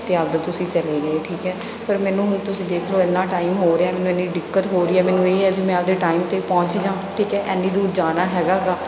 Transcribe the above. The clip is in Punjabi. ਅਤੇ ਆਪਣਾ ਤੁਸੀਂ ਚੱਲੇ ਗਏ ਠੀਕ ਹੈ ਪਰ ਮੈਨੂੰ ਹੁਣ ਤੁਸੀਂ ਦੇਖ ਲਓ ਇੰਨਾ ਟਾਈਮ ਹੋ ਰਿਹਾ ਮੈਨੂੰ ਨਹੀਂ ਦਿੱਕਤ ਹੋ ਰਹੀ ਹੈ ਮੈਨੂੰ ਇਹ ਹੀ ਹੈ ਵੀ ਮੈਂ ਆਪਣੇ ਟਾਈਮ 'ਤੇ ਪਹੁੰਚ ਜਾ ਠੀਕ ਹੈ ਇੰਨੀ ਦੂਰ ਜਾਣਾ ਹੈਗਾ ਗਾ